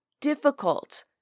difficult